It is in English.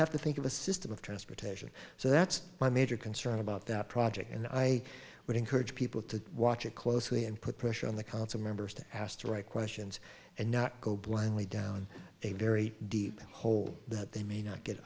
have to think of a system of transportation so that's my major concern about that project and i would encourage people to watch it closely and put pressure on the council members to asked right questions and not go blindly down a very deep hole that they may not get